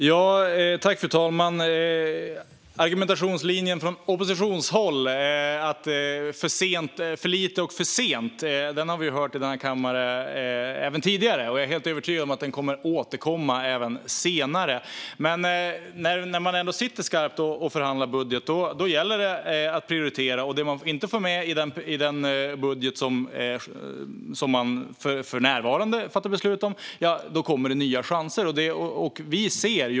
Fru talman! Argumentationslinjen från oppositionshåll, att det är för lite och för sent, har vi hört i denna kammare även tidigare. Jag är övertygad om att den kommer att återkomma även senare. Men när man sitter i skarpt läge och förhandlar budget gäller det att prioritera. Det man inte får med i den budget som man för närvarande fattar beslut om kommer det nya chanser för.